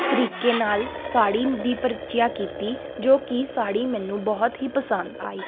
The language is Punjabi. ਤਰੀਕੇ ਨਾਲ ਸਾੜੀ ਦੀ ਪਰਚਿਆ ਕੀਤੀ ਜੋ ਕਿ ਸਾੜੀ ਮੈਨੂੰ ਬਹੁਤ ਹੀ ਪਸੰਦ ਆਈ